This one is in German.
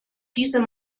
diese